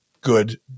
good